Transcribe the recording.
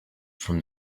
from